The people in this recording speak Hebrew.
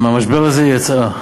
מהמשבר הזה הוא יצא,